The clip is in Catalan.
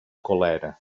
colera